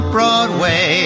Broadway